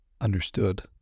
understood